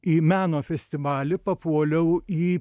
į meno festivalį papuoliau į